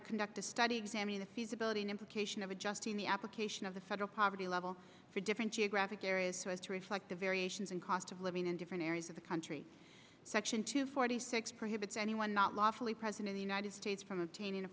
to conduct a study examine the feasibility and implication of adjusting the application of the federal poverty level for different geographic areas so as to reflect the variations in cost of living in different areas of the country section two forty six prohibits anyone not lawfully present in the united states from obtaining